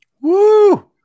Woo